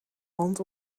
rond